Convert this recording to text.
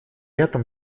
этом